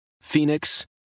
Phoenix